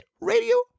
radio